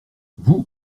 vous